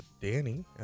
Danny